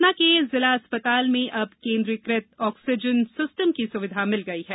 सतना के जिला अस्पताल में अब केन्द्रीयकृत ऑक्सीजन सिस्टम की सुविधा मिल गई है